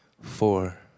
four